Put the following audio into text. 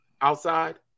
outside